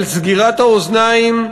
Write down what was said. על סגירת האוזניים,